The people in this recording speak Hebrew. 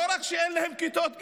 לא רק שאין להם כיתות גן,